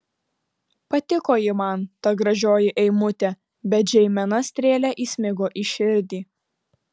patiko ji man ta gražioji eimutė bet žeimena strėle įsmigo į širdį